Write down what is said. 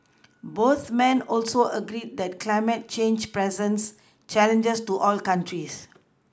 both men also agreed that climate change presents challenges to all countries